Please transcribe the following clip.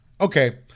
okay